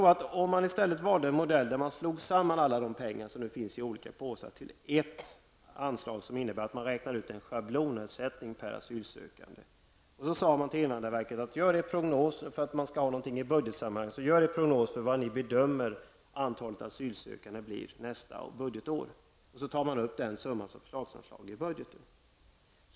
Om man i stället valde en modell där man slog samman alla de pengar som nu finns i olika påsar till ett anslag som innebär att man räknar ut en schablonersättning per asylsökande och sade till invandrarverket att verket skall göra en prognos över hur man bedömer antalet asylsökande nästa budgetår och ta upp den summa som förslagsanslag i budgeten.